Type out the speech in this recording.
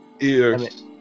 ears